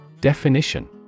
Definition